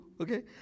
okay